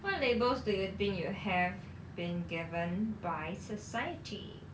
what labels do you think you have been given by society